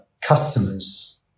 customers